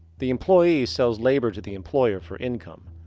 the employee sells labor to the employer for income.